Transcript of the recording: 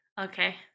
Okay